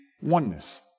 Oneness